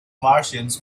martians